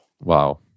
Wow